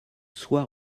soit